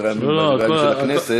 בדברי הימים של הכנסת,